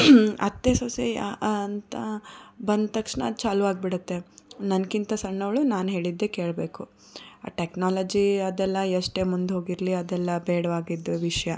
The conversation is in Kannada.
ಅತ್ತೆ ಸೊಸೆ ಅಂತ ಬಂದ ತಕ್ಷಣ ಚಾಲೂ ಆಗಿ ಬಿಡುತ್ತೆ ನನಗಿಂತ ಸಣ್ಣೋಳು ನಾನು ಹೇಳಿದ್ದೆ ಕೇಳಬೇಕು ಆ ಟೆಕ್ನಾಲಜಿ ಅದೆಲ್ಲ ಎಷ್ಟೆ ಮುಂದೆ ಹೋಗಿರಲಿ ಅದೆಲ್ಲ ಬೇಡವಾಗಿದ್ದ ವಿಷಯ